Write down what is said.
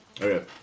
Okay